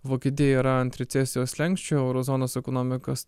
vokietija yra ant recesijos slenksčio euro zonos ekonomikos